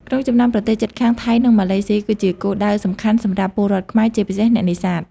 ក្នុងចំណោមប្រទេសជិតខាង ថៃ និងម៉ាឡេស៊ី គឺជាគោលដៅសំខាន់សម្រាប់ពលរដ្ឋខ្មែរ ជាពិសេសអ្នកនេសាទ។